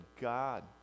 God